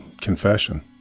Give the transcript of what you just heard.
confession